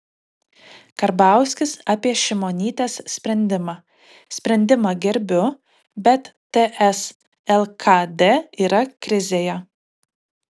karbauskis apie šimonytės sprendimą sprendimą gerbiu bet ts lkd yra krizėje